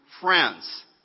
friends